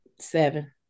Seven